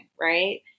right